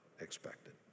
expected